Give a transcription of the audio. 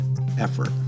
effort